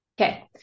Okay